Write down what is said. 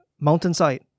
mountainside